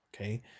Okay